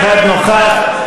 אחד נוכח,